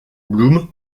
blum